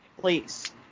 Please